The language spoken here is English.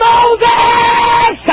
Moses